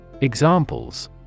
examples